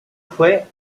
fue